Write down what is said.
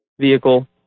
vehicle